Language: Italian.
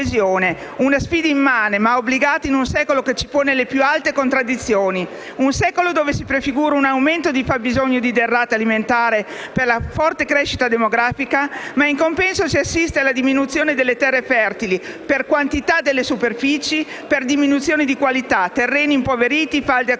Una sfida immane ma obbligata, in un secolo che ci pone le più alte contraddizioni, un secolo dove si prefigura un aumento di fabbisogno di derrate alimentari per la forte crescita demografica, ma in compenso si assiste alla diminuzione delle terre fertili per quantità delle superfici, per diminuzione di qualità, terreni impoveriti, falde acquifere